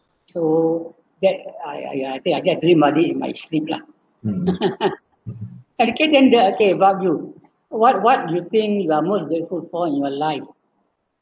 so that I I think I get very muddy in my sleep lah okay then the okay about you what what you think you are most grateful for in your life